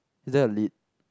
is there a lid